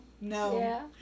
No